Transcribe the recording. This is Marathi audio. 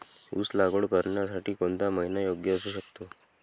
ऊस लागवड करण्यासाठी कोणता महिना योग्य असू शकतो?